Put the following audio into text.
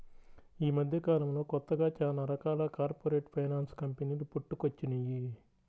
యీ మద్దెకాలంలో కొత్తగా చానా రకాల కార్పొరేట్ ఫైనాన్స్ కంపెనీలు పుట్టుకొచ్చినియ్యి